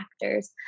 factors